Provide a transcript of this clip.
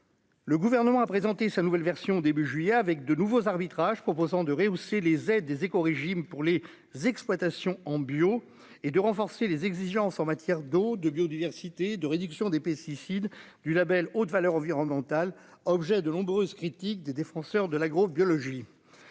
Le gouvernement a présenté sa nouvelle version, début juillet, avec de nouveaux arbitrages proposant de rehausser les aides des éco-régime pour les exploitations en bio et de renforcer les exigences en matière d'eau de biodiversité de réduction des pesticides du Label haute valeur environnementale, objet de nombreuses critiques des défenseurs de l'agro-biologie